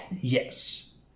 Yes